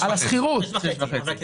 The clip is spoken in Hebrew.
6.5. 6.5. נכון.